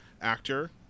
actor